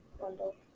Bundle